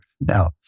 Now